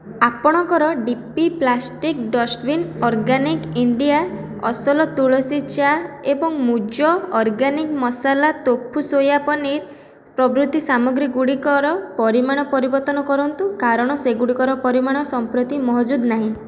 ଆପଣଙ୍କର DP plastic dustbin organic India ଅସଲ ତୁଳସୀ ଚା' ଏବଂ ମୂଜ ଅର୍ଗାନିକ୍ ମସଲା ତୋଫୁ ସୋୟା ପନିର୍ ପ୍ରଭୃତି ସାମଗ୍ରୀଗୁଡ଼ିକର ପରିମାଣ ପରିବର୍ତ୍ତନ କରନ୍ତୁ କାରଣ ସେଗୁଡ଼ିକର ପରିମାଣ ସମ୍ପ୍ରତି ମହଜୁଦ ନାହିଁ